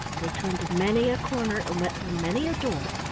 they turned many a corner and went through many a door,